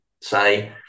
say